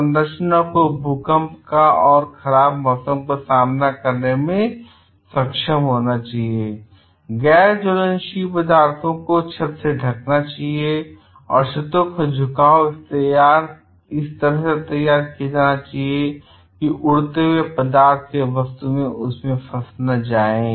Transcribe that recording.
संरचना को भूकंप का और खराब मौसम का सामना करने में सक्षम होना चाहिए गैर ज्वलनशील पदार्थों से छत को ढंकना चाहिए और छतों का झुकाव इस तरह से तैयार किया जाना चाहिए ताकि उड़ते हुए पदार्थ एवं वस्तुएं उनमें फंस न जाएं